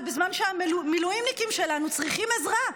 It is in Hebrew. בזמן שהמילואימניקים שלנו צריכים עזרה?